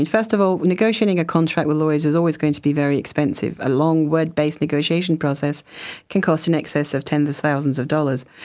and first of all, negotiating a contract with lawyers is always going to be very expensive. a long word-based negotiation process can cost in excess of tens of thousands of dollars.